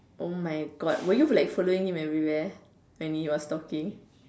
oh my God were you like following him everywhere when he was talking